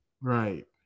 Right